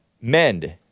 Mend